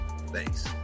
thanks